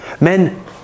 Men